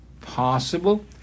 possible